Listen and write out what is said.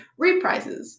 reprises